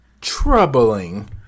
troubling